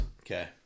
Okay